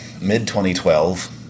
mid-2012